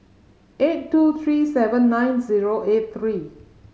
eight two three seven nine zero eight three